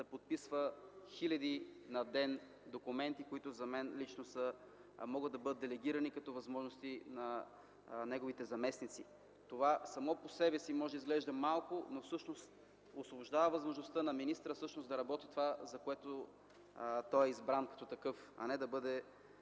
да подписва на ден хиляди документи, които за мен лично могат да бъдат делегирани като възможности на неговите заместници. Това само по себе си може да изглежда малко, но всъщност освобождава възможността на министъра да работи това, за което той е избран като такъв, а не да бъде